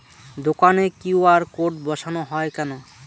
দোকানে QR code বসানো হয় কেন?